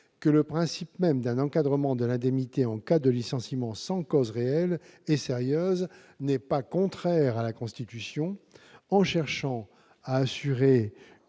que le principe même d'un encadrement de l'indemnité en cas de licenciement sans cause réelle et sérieuse n'était pas contraire à la Constitution : en cherchant à « assurer